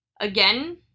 Again